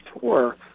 tour